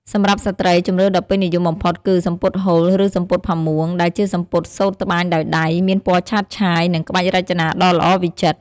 សម្រាប់ស្ត្រី ជម្រើសដ៏ពេញនិយមបំផុតគឺ សំពត់ហូល ឬ សំពត់ផាមួង ដែលជាសំពត់សូត្រត្បាញដោយដៃ មានពណ៌ឆើតឆាយ និងក្បាច់រចនាដ៏ល្អវិចិត្រ។